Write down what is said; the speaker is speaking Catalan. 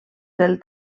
del